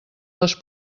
les